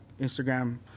Instagram